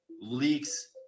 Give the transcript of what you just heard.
leaks